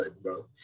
bro